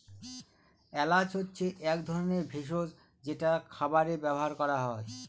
এলাচ হচ্ছে এক ধরনের ভেষজ যেটা খাবারে ব্যবহার করা হয়